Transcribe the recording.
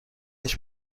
هیچ